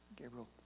Gabriel